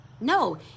no